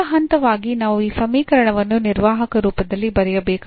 ಮೊದಲ ಹಂತವಾಗಿ ನಾವು ಈ ಸಮೀಕರಣವನ್ನು ನಿರ್ವಾಹಕ ರೂಪದಲ್ಲಿ ಬರೆಯಬೇಕಾಗಿದೆ